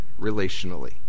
relationally